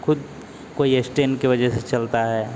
खुद कोई एस्टन के वजह से चलता है